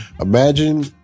imagine